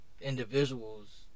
individuals